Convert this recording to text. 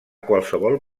qualsevol